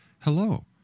hello